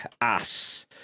Ass